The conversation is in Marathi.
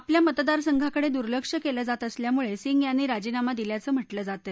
आपल्या मतदारसंघाकडे दुर्लक्ष केल्या जात असल्यामुळे सिंग यांनी राजीनामा दिल्याचं म्हटलं जातं